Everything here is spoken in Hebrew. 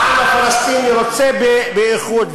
העם הפלסטיני רוצה באיחוד.